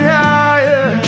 higher